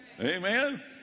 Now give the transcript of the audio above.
Amen